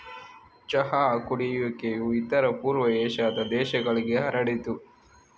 ಚಹಾ ಕುಡಿಯುವಿಕೆಯು ಇತರ ಪೂರ್ವ ಏಷ್ಯಾದ ದೇಶಗಳಿಗೆ ಹರಡಿತು